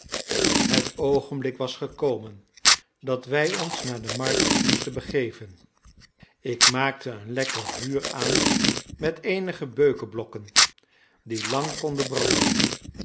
het oogenblik was gekomen dat wij ons naar de markt moesten begeven ik maakte een lekker vuur aan met eenige beukenblokken die lang konden branden